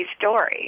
story